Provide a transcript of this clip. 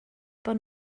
bod